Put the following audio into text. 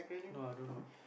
no I don't know